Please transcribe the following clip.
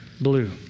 blue